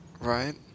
Right